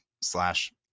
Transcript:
slash